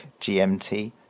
GMT